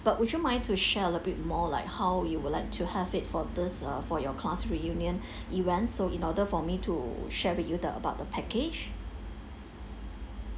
but would you mind to share a little bit more like how you would like to have it for this err for your class reunion events so in order for me to share with you the about the package